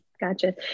Gotcha